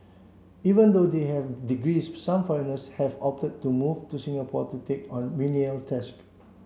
even though they have degrees some foreigners have opted to move to Singapore to take on menial task